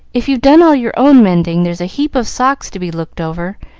if you've done all your own mending, there's a heap of socks to be looked over.